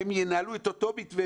שהם ינהלו את אותו מתווה,